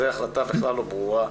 זו החלטה בכלל לא ברורה.